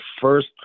first